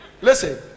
Listen